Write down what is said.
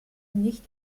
nicht